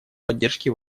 поддержке